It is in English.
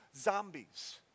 zombies